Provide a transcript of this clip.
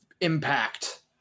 Impact